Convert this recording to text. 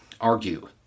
argue